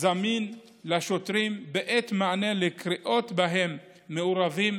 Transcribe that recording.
זמין לשוטרים בעת מענה לקריאות שבהן מעורבים